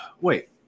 wait